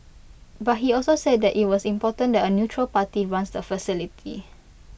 but he also said IT was important that A neutral party runs the facility